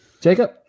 Jacob